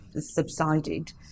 subsided